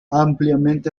ampliamente